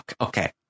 Okay